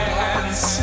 hands